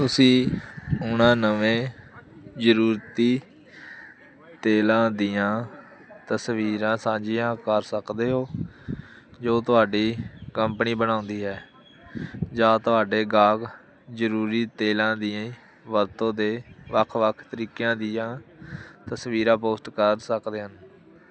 ਤੁਸੀਂ ਉਨ੍ਹਾਂ ਨਵੇਂ ਜ਼ਰੂਰਤੀ ਤੇਲਾਂ ਦੀਆਂ ਤਸਵੀਰਾਂ ਸਾਂਝੀਆਂ ਕਰ ਸਕਦੇ ਹੋ ਜੋ ਤੁਹਾਡੀ ਕੰਪਨੀ ਬਣਾਉਂਦੀ ਹੈ ਜਾਂ ਤੁਹਾਡੇ ਗਾਹਕ ਜ਼ਰੂਰੀ ਤੇਲਾਂ ਦੀ ਵਰਤੋਂ ਦੇ ਵੱਖ ਵੱਖ ਤਰੀਕਿਆਂ ਦੀਆਂ ਤਸਵੀਰਾਂ ਪੋਸਟ ਕਰ ਸਕਦੇ ਹਨ